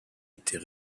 était